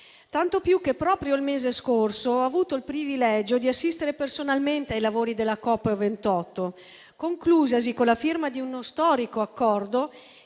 tanto più che proprio il mese scorso ho avuto il privilegio di assistere personalmente ai lavori della COP28, conclusasi con la firma di uno storico accordo